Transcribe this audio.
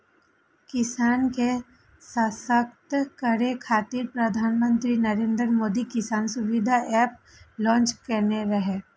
किसान के सशक्त करै खातिर प्रधानमंत्री नरेंद्र मोदी किसान सुविधा एप लॉन्च केने रहै